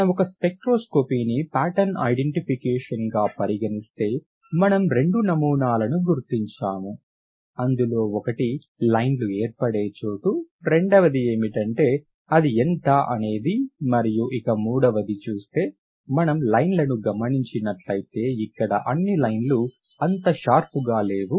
మనం ఒక స్పెక్ట్రోస్కోపీని ప్యాటర్న్ ఐడెంటిఫికేషన్ గా పరిగణిస్తే మనం రెండు నమూనాలను గుర్తించాము అందులో ఒకటి లైన్లు ఏర్పడే చోటు రెండవది ఏమిటంటే అది ఎంత అనేది మరియు ఇక మూడవది చూస్తే మనము లైన్లను గమనించినట్లయితే ఇక్కడ అన్ని లైన్లు అంతా షార్పుగా లేవు